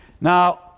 Now